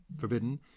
forbidden